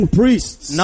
priests